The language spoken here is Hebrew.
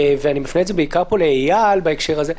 ואני מפנה את זה בעיקר לאילת בהקשר הזה.